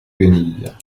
guenilles